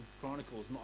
Chronicles